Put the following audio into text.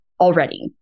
already